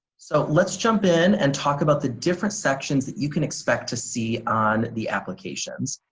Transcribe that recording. so let's jump in and talk about the different sections that you can expect to see on the applications.